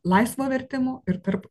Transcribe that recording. laisvo vertimo ir tarp